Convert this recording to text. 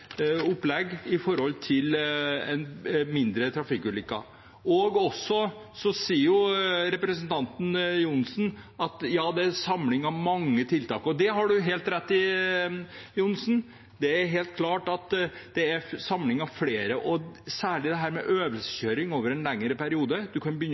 opplegg for å få færre trafikkulykker. Så sier representanten Johnsen at det er en samling av mange tiltak. Det har han helt rett i, det er helt klart at det er en samling av flere tiltak. Og særlig dette med øvelseskjøring over en lengre periode: Man kan begynne